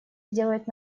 сделать